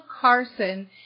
Carson